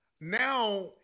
Now